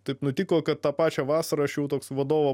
taip nutiko kad tą pačią vasarą aš jau toks vadovo